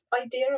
idea